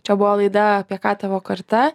čia buvo laida apie ką tavo karta